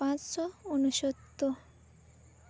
ᱯᱟᱸᱪᱥᱳ ᱩᱱᱩᱥᱳᱛᱛᱚᱨ